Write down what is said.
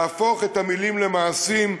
להפוך את המילים למעשים,